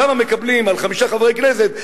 שם מקבלים על חמישה חברי כנסת,